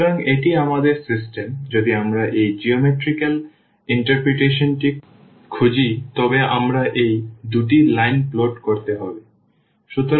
সুতরাং এটি আমাদের সিস্টেম যদি আমরা এই জ্যামিতিক ব্যাখ্যাটি খুঁজি তবে আমাদের এই দুটি লাইন প্লট করতে হবে